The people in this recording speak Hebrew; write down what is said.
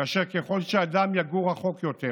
ככל שאדם יגור רחוק יותר